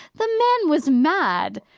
the man was mad.